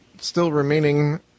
still-remaining